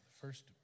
first